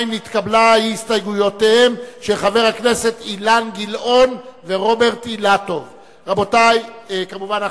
ההסתייגות של חברי הכנסת אילן גילאון ורוברט אילטוב לסעיף 2 נתקבלה.